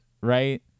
right